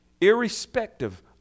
irrespective